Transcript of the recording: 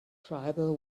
tribal